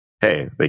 hey